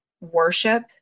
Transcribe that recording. worship